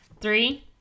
Three